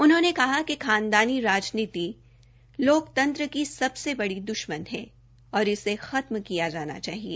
उन्होंने कहा कि खानदानी राजनीति लोकतंत्र की सबसे बड़ी द्शमन है और इसे खत्म किया जाना चाहिए